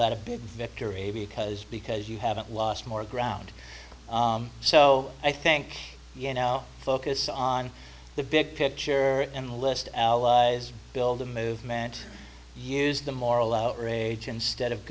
that a big victory because because you haven't lost more ground so i think you now focus on the big picture and list allies build a movement use the moral outrage instead of